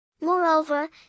Moreover